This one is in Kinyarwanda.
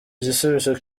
gisubizo